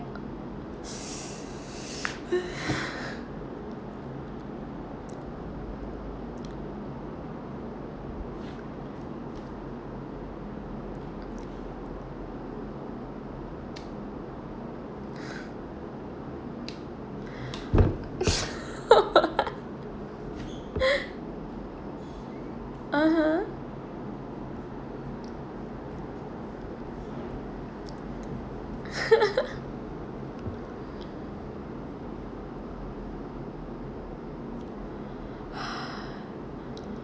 (uh huh)